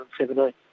2017